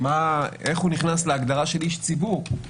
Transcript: איך הוא נכנס להגדרה של איש ציבור?